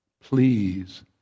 Please